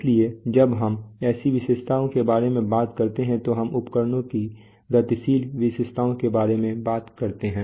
इसलिए जब हम ऐसी विशेषताओं के बारे में बात करते हैं तो हम उपकरणों की गतिशील विशेषताओं के बारे में बात करते हैं